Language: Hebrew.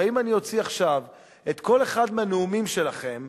הרי אם אני אוציא עכשיו את כל אחד מהנאומים שלכם,